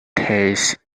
tastes